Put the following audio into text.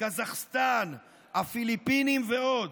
קזחסטן, הפיליפינים ועוד.